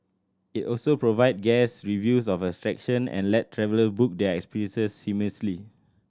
it also provides guest reviews of and let traveller book their experiences seamlessly